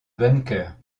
bunkers